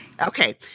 Okay